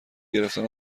گرفتن